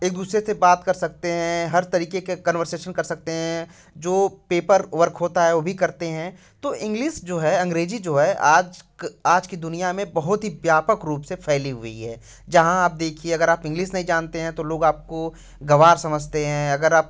एक दूसरे से बात कर सकते हैं हर तरीके के कन्वर्सेशन कर सकते हैं जो पेपर वर्क होता है वो भी करते हैं तो इंग्लिस जो है अंग्रेजी जो है आज आज की दुनिया में बहुत ही व्यापक रूप से फैली हुई है जहाँ आप देखिए अगर आप इंग्लिस नहीं जानते हैं तो लोग आपको गंवार समझते हैं अगर आप